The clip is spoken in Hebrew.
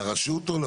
לראשות או?